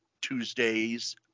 Tuesdays